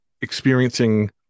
experiencing